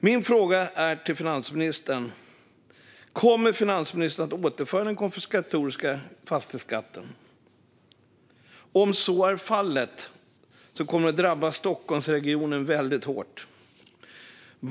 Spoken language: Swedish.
Min fråga till finansministern är: Kommer finansministern att återinföra den konfiskatoriska fastighetsskatten? Om så är fallet kommer den att drabba Stockholmsregionen väldigt hårt.